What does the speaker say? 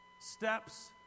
steps